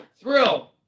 thrill